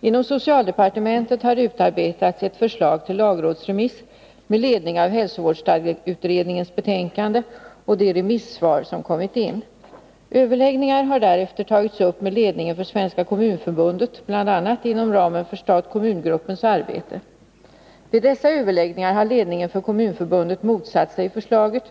Inom socialdepartementet har utarbetats ett förslag till lagrådsremiss med ledning av hälsovårdsstadgeutredningens betänkande och de remissvar som kommit in. Överläggningar har därefter tagits upp med ledningen för Svenska kommunförbundet bl.a. inom ramen för stat-kommungruppens arbete. Vid dessa överläggningar har ledningen för Kommunförbundet motsatt sig förslaget.